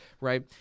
right